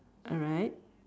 alright